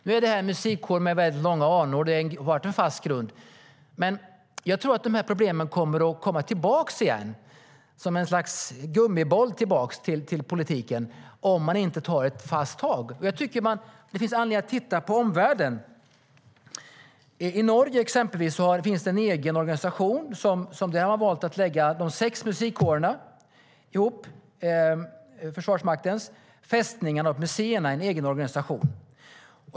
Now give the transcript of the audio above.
Nu är detta en musikkår med långa anor som står på en fast grund. Men jag tror att problemen kommer att komma tillbaka igen som ett slags gummiboll till politiken, om man inte tar ett fast tag. Jag tycker att det finns anledning att titta på omvärlden. I Norge har man exempelvis valt att lägga försvarsmaktens sex musikkårer, fästningar och museer i en egen organisation.